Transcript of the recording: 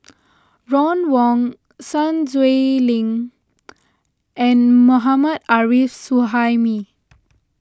Ron Wong Sun Xueling and Mohammad Arif Suhaimi